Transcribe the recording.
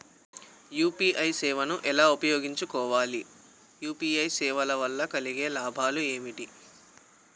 UPI సేవను ఎలా ఉపయోగించు కోవాలి? యూ.పీ.ఐ సేవల వల్ల కలిగే లాభాలు ఏమిటి?